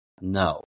No